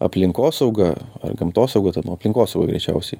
aplinkosauga ar gamtosauga ten aplinkosauga greičiausiai